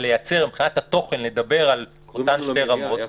בלייצר מבחינת התוכן ולדבר על אותן שתי רמות.